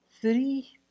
three